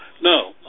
no